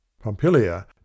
Pompilia